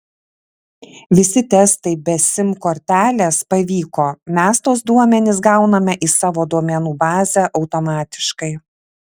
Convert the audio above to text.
visi testai be sim kortelės pavyko mes tuos duomenis gauname į savo duomenų bazę automatiškai